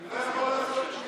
הוא לא יכול לעשות כלום.